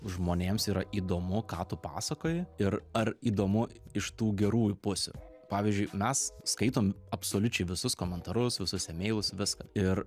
žmonėms yra įdomu ką tu pasakoji ir ar įdomu iš tų gerųjų pusių pavyzdžiui mes skaitom absoliučiai visus komentarus visus emeilus viską ir